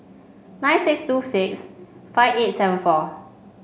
nine six two six five eight seven four